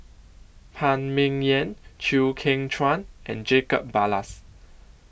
Phan Ming Yen Chew Kheng Chuan and Jacob Ballas